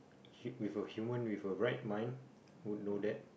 hu~ with a human with a right mind would know that